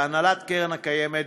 והנהלת קרן הקיימת,